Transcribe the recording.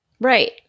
Right